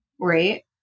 Right